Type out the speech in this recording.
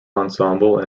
ensemble